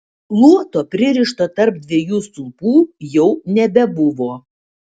luoto pririšto tarp dviejų stulpų jau nebebuvo